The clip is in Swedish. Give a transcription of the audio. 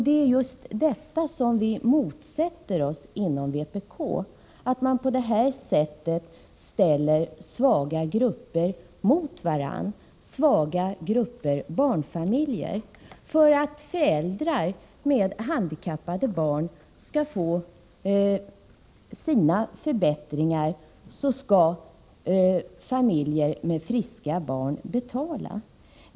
Det är just detta som vi inom vpk motsätter oss; att man på det här sättet ställer svaga grupper mot varandra — svaga grupper av barnfamiljer. För att föräldrar med handikappade barn skall få förbättringar skall familjer med friska barn betala.